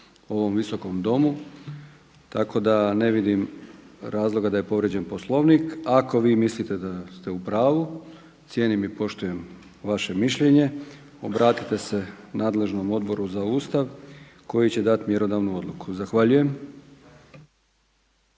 ovom Visokom domu tako da ne vidim razloga da je povrijeđen Poslovnik. Ako vi mislite da ste u pravu, cijenim i poštujem vaše mišljenje, obratite se nadležnom Odboru za Ustav koji će dati mjerodavnu odluku. Zahvaljujem.